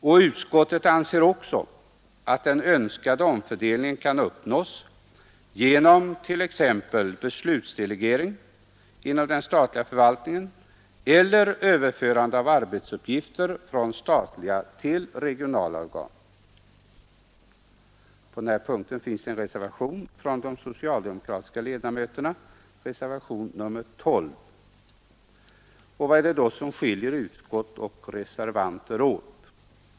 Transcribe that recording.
Och utskottet anser också att den önskade omfördelningen bör kunna uppnås genom t.ex. beslutsdelegering inom den statliga förvaltningen eller överförande av arbetsuppgifter från statliga till regionala organ. På denna punkt finns det en reservation från de socialdemokratiska ledamöterna, nämligen reservationen 12. Vad är det då som skiljer utskott och reservanter åt?